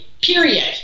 Period